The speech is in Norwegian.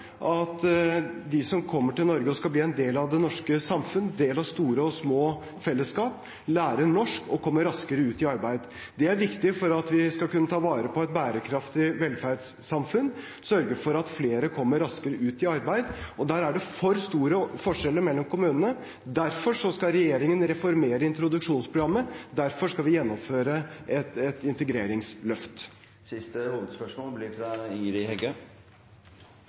at de som kommer til Norge og skal bli en del av det norske samfunnet, bli en del av store og små fellesskap, lærer norsk og kommer raskere ut i arbeid. Det er viktig for at vi skal kunne ta vare på et bærekraftig velferdssamfunn, å sørge for at flere kommer raskere ut i arbeid, og der er det for store forskjeller mellom kommunene. Derfor skal regjeringen reformere introduksjonsprogrammet, og derfor skal vi gjennomføre et integreringsløft. Vi går til siste hovedspørsmål.